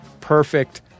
Perfect